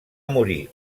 morir